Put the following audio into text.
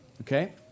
Okay